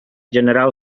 general